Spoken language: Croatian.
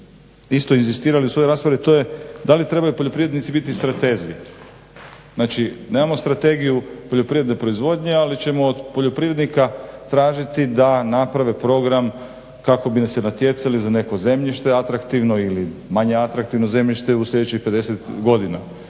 isto inzistirali u svojoj raspravi, to je da li trebaju poljoprivrednici bit stratezi. Znači nemamo strategiju poljoprivredne proizvodnje, ali ćemo od poljoprivrednika tražiti da naprave program kako bi se natjecali za neko zemljište atraktivno ili manje atraktivno zemljište u sljedećih 50 godina.